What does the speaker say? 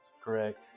Correct